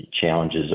challenges